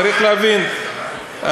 צריך להבין,